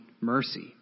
mercy